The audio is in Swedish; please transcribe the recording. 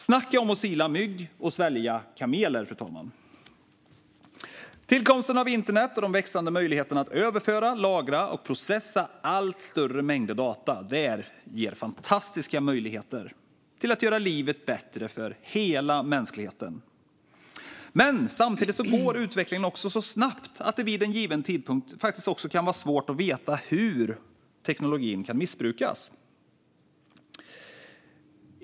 Snacka om att sila mygg och svälja kameler! Tillkomsten av internet och de växande möjligheterna att överföra, lagra och processa allt större mängder data ger fantastiska möjligheter till att göra livet bättre för hela mänskligheten. Samtidigt går utvecklingen också så snabbt att det vid en given tidpunkt faktiskt kan vara svårt att veta hur teknologin kan missbrukas.